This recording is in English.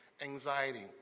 anxiety